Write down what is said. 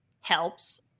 helps